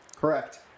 Correct